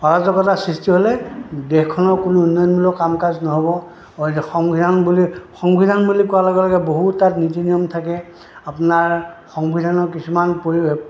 অৰাজকতাৰ সৃষ্টি হ'লে দেশখনৰ কোনো উন্নয়নমূলক কাম কাজ নহ'ব সংবিধান বুলি সংবিধান বুলি কোৱাৰ লগে লগে বহু তাত নীতি নিয়ম থাকে আপোনাৰ সংবিধানৰ কিছুমান পৰি